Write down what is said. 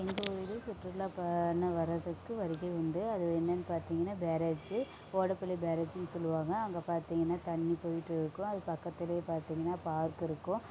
எங்கள் ஊர் சுற்றுலா பண்ண வர்றதுக்கு வருகை உண்டு அது என்னனு பாத்திங்கன்னா பேரேஜ் ஓடப்பள்ளி பேரேஜ்னு சொல்வாங்க அங்கே பார்த்திங்கன்னா தண்ணி போய்ட்டுருக்கும் அது பக்கத்துலேயே பார்த்திங்கன்னா பார்க் இருக்கும்